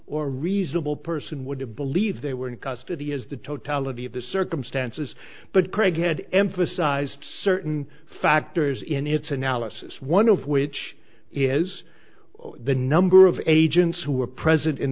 a reasonable person would have believed they were in custody is the totality of the circumstances but craig had emphasized certain factors in its analysis one of which is the number of agents who were present in